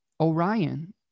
Orion